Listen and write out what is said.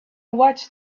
watched